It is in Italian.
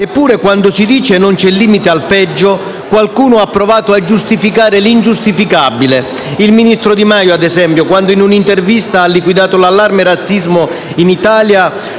Eppure, quando si dice che non c'è limite al peggio, qualcuno ha provato a giustificare l'ingiustificabile, come il ministro Di Maio, ad esempio, quando in un'intervista ha liquidato l'allarme razzismo in Italia